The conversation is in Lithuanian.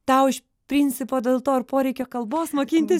tau iš principo dėl to ir poreikio kalbos mokintis